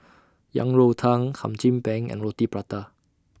Yang Rou Tang Hum Chim Peng and Roti Prata